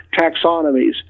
taxonomies